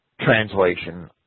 translation